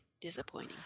disappointing